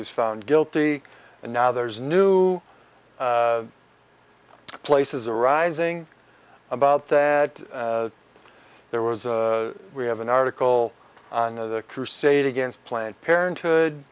was found guilty and now there's new places arising about that there was we have an article on the crusade against planned parenthood